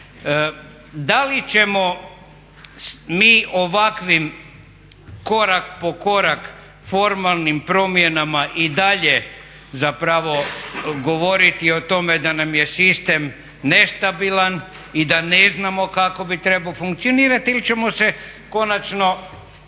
Da li ćemo mi ovakvim korak po korak formalnim promjenama i dalje zapravo govoriti o tome da nam je sistem nestabilan i da ne znamo kako bi trebao funkcionirati ili ćemo se konačno prihvatiti